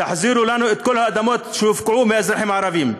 תחזירו לנו את כל האדמות שהופקעו מהאזרחים הערבים.